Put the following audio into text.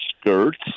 skirts